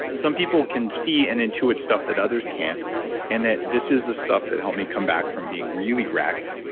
some people can see and intuit stuff that others can't and that this is the stuff that helped me come back from being really wracked.